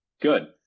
Good